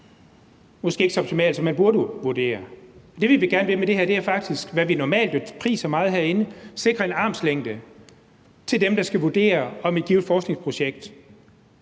vurderer så optimalt, som man burde vurdere. Det, vi gerne vil med det her, er, hvad vi jo normalt priser meget herinde, nemlig at sikre armslængde til dem, der skal vurdere, om et givent forskningsprojekt